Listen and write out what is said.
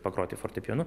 pagroti fortepijonu